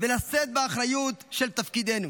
ולשאת באחריות של תפקידנו,